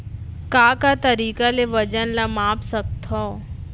का का तरीक़ा ले वजन ला माप सकथो?